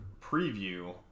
preview